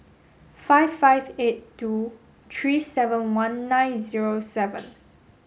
five five eight two three seven one nine zero seven